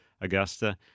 Augusta